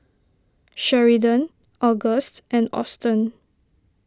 Sheridan August and Austen